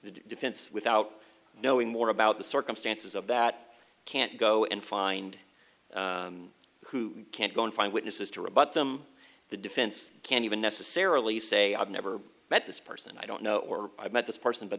defense without knowing more about the circumstances of that can't go and find who can't go and find witnesses to rebut them the defense can't even necessarily say i've never met this person i don't know or i've met this person but